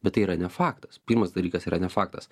bet tai yra ne faktas pirmas dalykas yra ne faktas